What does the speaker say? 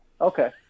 Okay